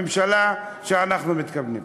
הממשלה שאנחנו מתכוונים.